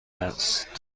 است